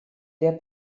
der